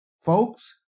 Folks